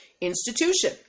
institution